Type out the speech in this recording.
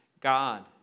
God